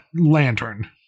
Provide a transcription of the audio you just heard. lantern